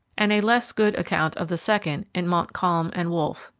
and a less good account of the second in montcalm and wolfe.